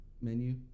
menu